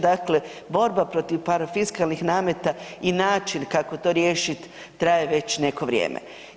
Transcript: Dakle, borba protiv parafiskalnih nameta i način kako to riješit traje već neko vrijeme.